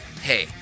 Hey